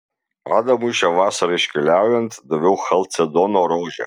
adamui šią vasarą iškeliaujant daviau chalcedono rožę